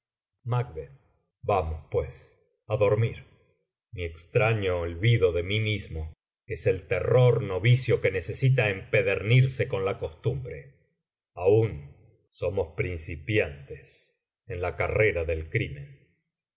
vamos pues á dormir mi extraño olvido de mí mismo es el terror novicio que necesita empedernirse con la costumbre aún somos principiantes en la carrera del crimen